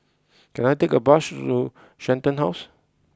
can I take a bus to Shenton House